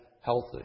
healthy